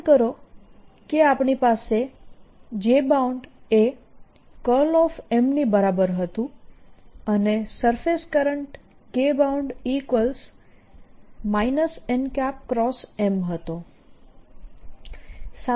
યાદ કરો કે આપણી પાસે jb એ M ની બરાબર હતું અને surface current kb n M હતો